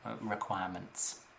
requirements